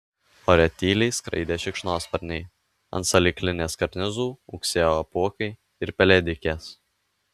ore tyliai skraidė šikšnosparniai ant salyklinės karnizų ūksėjo apuokai ir pelėdikės